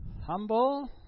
humble